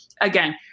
again